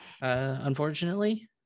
unfortunately